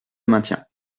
maintiens